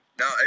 No